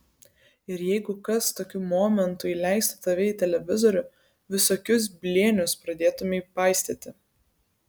ir jeigu kas tokiu momentu įleistų tave į televizorių visokius blėnius pradėtumei paistyti